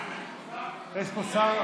יש פה שר?